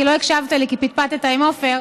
כי לא הקשבת לי כי פטפטת עם עפר,